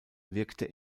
wirkte